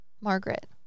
Margaret